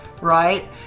right